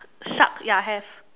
shark ya have